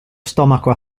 stomaco